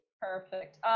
Perfect